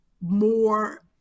more